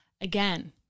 Again